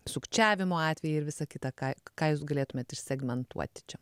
sukčiavimo atvejai ir visa kita ką ką jūs galėtumėt segmentuoti čia